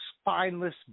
spineless